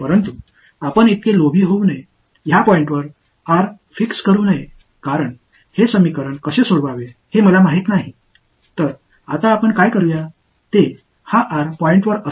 விலகிச் செல்லக்கூடிய பொடன்டியல் நான் உண்மையில் விரும்புகிறேன் ஆனால் நாம் மிகவும் பேராசைப்படக்கூடாது இந்த புள்ளியில் r ஐ சரிசெய்ய வேண்டாம் ஏனென்றால் இந்த சமன்பாட்டை நான் எவ்வாறு தீர்ப்பேன் என்று எனக்குத் தெரியவில்லை